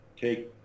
take